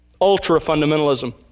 Ultra-fundamentalism